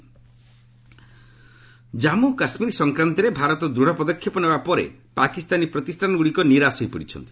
Pakistan J and K Jammu Kashmir ସଂକ୍ରାନ୍ତରେ ଭାରତ ଦୃଢ଼ ପଦକ୍ଷେପ ନେବା ପରେ ପାକିସ୍ତାନୀ ପ୍ରତିଷ୍ଠାନଗ୍ରଡ଼ିକ ନିରାଶ ହୋଇ ପଡ଼ିଛନ୍ତି